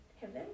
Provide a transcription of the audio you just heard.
heaven